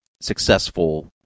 successful